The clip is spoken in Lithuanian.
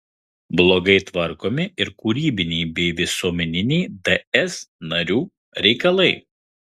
blogai tvarkomi ir kūrybiniai bei visuomeniniai ds narių reikalai